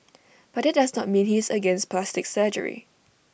but that does not mean he is against plastic surgery